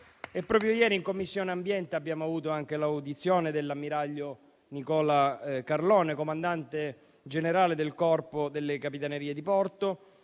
ieri in Commissione ambiente abbiamo avuto l'audizione dell'ammiraglio Nicola Carlone, comandante generale del Corpo delle capitanerie di porto.